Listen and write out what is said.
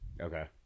Okay